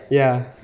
ya